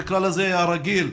נקרא לזה,